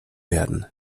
werden